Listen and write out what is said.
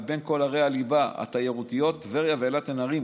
מבין כל ערי הליבה התיירותיות טבריה ואילת הן הערים